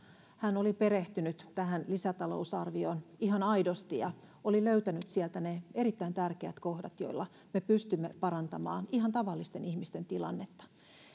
hän oli perehtynyt tähän lisätalousarvioon ihan aidosti ja oli löytänyt sieltä ne erittäin tärkeät kohdat joilla me pystymme parantamaan ihan tavallisten ihmisten tilannetta